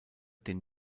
den